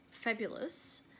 fabulous